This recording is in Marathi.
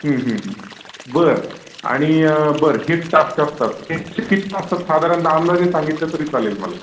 हं हं हं बर आणि बर हे टास्क असतात हे असे किती टास्क असतात साधारणतः अंदाजे सांगितलं तरी चालेल मला